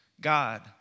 God